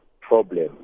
problem